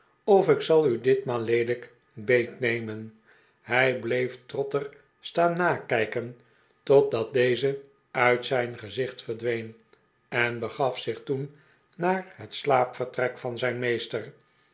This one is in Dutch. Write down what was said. of ik zal u ditmaal leelijk beet nemen hij bleef trotter staan nakijken totdat deze uit zijn gezicht verdween en begaf zich toen naar het slaapvertrek van zijn meester